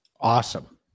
awesome